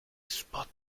spot